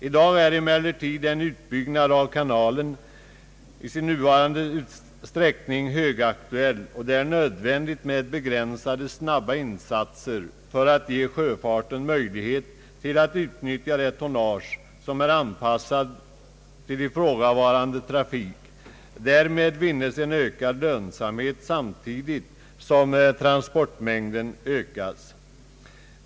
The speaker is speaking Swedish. I dag är en utbyggnad av kanalen i sin nuvarande sträckning högaktuell, och det är nödvändigt med begränsade snabba insatser för att ge sjöfarten möjlighet till att utnyttja det tonnage som är anpassat till ifrågavarande trafik. Därmed vinnes en ökad lönsamhet samtidigt som transportmängden ökas.